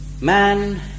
Man